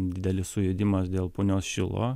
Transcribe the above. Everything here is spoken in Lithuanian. didelis sujudimas dėl punios šilo